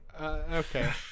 Okay